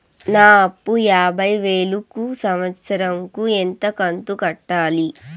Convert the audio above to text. నా అప్పు యాభై వేలు కు సంవత్సరం కు ఎంత కంతు కట్టాలి?